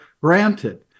granted